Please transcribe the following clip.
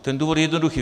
Ten důvod je jednoduchý.